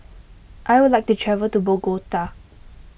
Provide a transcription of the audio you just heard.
I would like to travel to Bogota